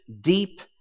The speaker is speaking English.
deep